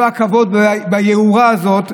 ביוהרה הזאת,